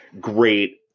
great